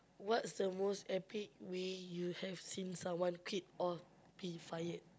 what's the most epic way you have seen someone quit or be fired